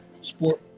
Sport